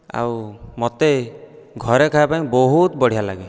ଆଉ ମତେ ଘରେ ଖାଇବା ପାଇଁ ବହୁତ ବଢ଼ିଆ ଲାଗେ